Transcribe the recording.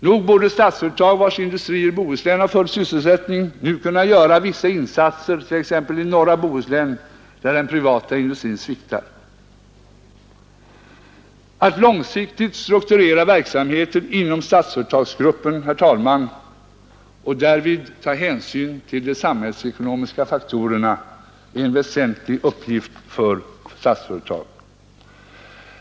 Nog borde Statsföretag, vars industrier i Bohuslän har full sysselsättning, nu kunna göra vissa insatser i t.ex. norra Bohuslän, där den privata industrin sviktar. Att långsiktigt strukturera verksamheten inom Statsföretagsgruppen, herr talman, och därvid ta hänsyn till de samhällsekonomiska faktorerna är en väsentlig uppgift för Statsföretag.